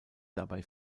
dabei